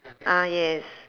ah yes